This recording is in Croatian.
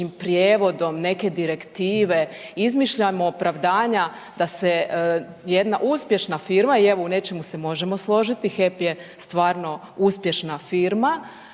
prijevodom neke direktive, izmišljamo opravdanja da se jedna uspješna firma i evo u nečemu se možemo složiti HEP je stvarno uspješna firma,